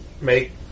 make